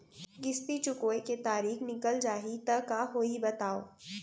किस्ती चुकोय के तारीक निकल जाही त का होही बताव?